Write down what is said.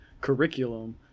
curriculum